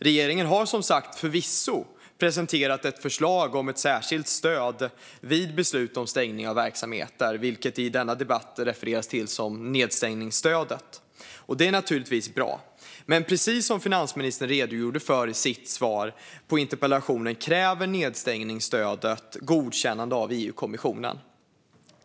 Regeringen har som sagt förvisso presenterat ett förslag om ett särskilt stöd vid beslut om stängning av verksamheter, vilket i denna debatt refereras till som nedstängningsstödet. Det är naturligtvis bra. Men precis som finansministern redogjorde för i sitt svar på interpellationen kräver nedstängningsstödet godkännande av EU-kommissionen.